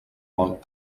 vol